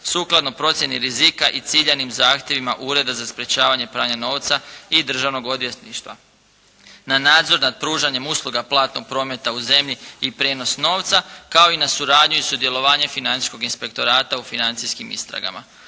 sukladno procjeni rizika i ciljanim zahtjevima Ureda za sprečavanje pranja novca i Državnog odvjetništva. Na nadzor nad pružanjem usluga platnog prometa u zemlji i prijenos novca kao i na suradnju i sudjelovanje Financijskog inspektorata u financijskim istragama.